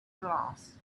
glass